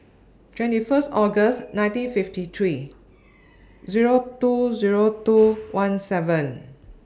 twenty First August nineteen fifty three Zero two Zero two one seven